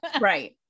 right